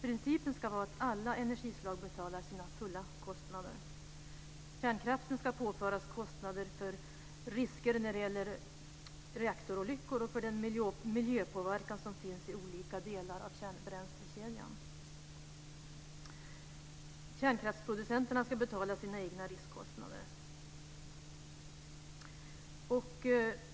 Principen ska vara att alla energislag betalar sina fulla kostnader. Kärnkraften ska påföras kostnader för risker när det gäller reaktorolyckor och för den miljöpåverkan som finns i olika delar av kärnbränslekedjan. Kärnkraftsproducenterna ska betala sina egna riskkostnader.